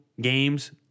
games